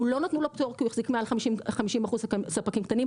לא נתנו לו פטור כי הוא החזיק מעל ל-50% ספקים קטנים,